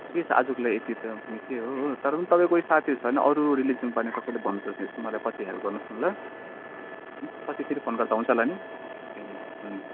ठिकै छ आजको लागि यति त अब निकै हो हो तर तपाईँको कोही साथीहरू छ भने अरू रिलिजनबारे कसैले भन्नु सक्यो भने मलाई पछि हेल्प गर्नु होस् ल पछि फेरि फोन गर्दा हुन्छ होला नि ए हुन्छ